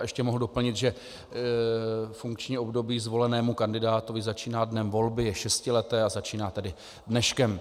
Ještě mohu doplnit, že funkční období zvolenému kandidátovi začíná dnem volby, je šestileté a začíná dneškem.